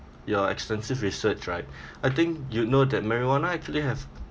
your extensive research right I think you'd know that marijuana actually have